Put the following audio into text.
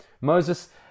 Moses